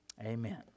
Amen